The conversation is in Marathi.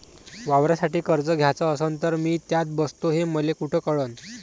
वावरासाठी कर्ज घ्याचं असन तर मी त्यात बसतो हे मले कुठ कळन?